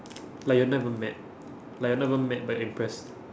like you're not even mad like you're not even mad but impressed